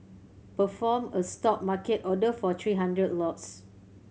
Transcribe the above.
perform a Stop market order for three hundred lots